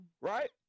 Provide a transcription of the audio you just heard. Right